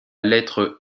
lettre